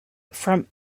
from